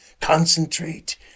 Concentrate